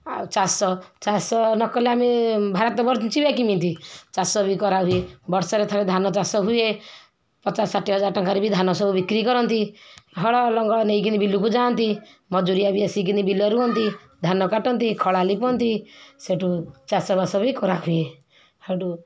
ଆଉ ଚାଷ ଚାଷ ନକଲେ ଆମେ ଭାରତ ବଞ୍ଚିବା କେମିତି ଚାଷ ବି କରାହୁଏ ବର୍ଷରେ ଥରେ ଧାନ ଚାଷ ହୁଏ ପଚାଶ ଷାଠିଏ ହଜାର ଟଙ୍କାରେ ବି ଧାନ ସବୁ ବିକ୍ରି କରନ୍ତି ହଳ ଲଙ୍ଗଳ ନେଇକି ବିଲୁକୁ ଯାଆନ୍ତି ମଜୁରିଆ ବି ଆସିକିନି ବିଲ ରୁଆନ୍ତି ଧାନ କାଟନ୍ତି ଖଳା ଲିପନ୍ତି ସେଇଠୁ ଚାଷବାସ ବି କରାହୁଏ ହେଉଠୁ